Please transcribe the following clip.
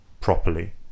properly